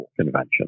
convention